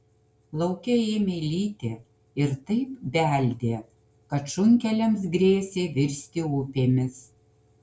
lauke ėmė lyti ir taip beldė kad šunkeliams grėsė virsti upėmis